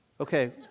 Okay